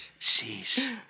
Sheesh